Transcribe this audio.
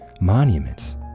monuments